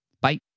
Bye